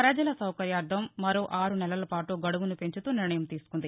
ప్రజల సౌకర్యార్దం మరో ఆరునెలల పాటు గడువును పెంచుతూ నిర్ణయం తీసుకుంది